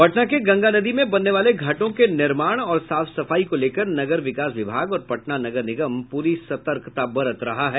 पटना के गंगा नदी में बनने वाले घाटों के निर्माण और साफ सफाई को लेकर नगर विकास विभाग और पटना नगर निगम पूरी सतर्कता बरत रहा है